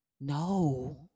no